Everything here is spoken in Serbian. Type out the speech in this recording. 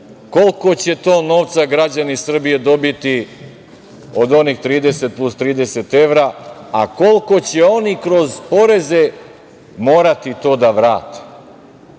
koliko će to novca građani Srbije dobiti od onih 30 plus 30 evra, a koliko će oni kroz poreze morati to da vrate.